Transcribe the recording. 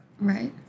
Right